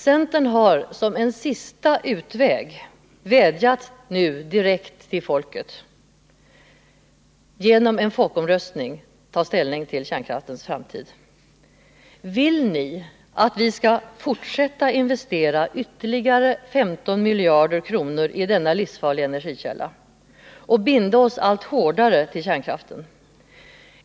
Centern har nu som en sista utväg vädjat direkt till folket att i en folkomröstning ta ställning till kärnkraftens framtid: Vill ni att vi skall fortsätta investera ytterligare 15 miljarder kronor i denna livsfarliga energikälla och binda oss allt hårdare till kärnkraften?